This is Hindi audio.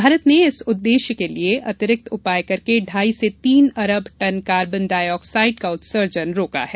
भारत ने इस उद्देश्य की प्राप्ति के लिए अतिरिक्त उपाय करके ढ़ाई से तीन अरब टन कार्बन डाईऑक्साइड का उत्सर्जन रोका है